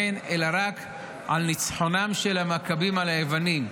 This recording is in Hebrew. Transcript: אלא רק ניצחונם של המכבים על היוונים,